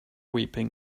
weeping